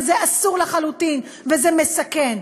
זה אסור לחלוטין וזה מסכן.